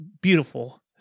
Beautiful